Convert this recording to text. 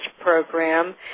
program